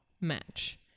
match